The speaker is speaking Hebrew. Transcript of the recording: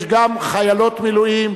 יש גם חיילות מילואים.